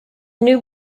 new